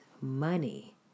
money